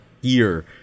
year